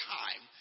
time